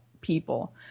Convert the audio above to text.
people